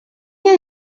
mio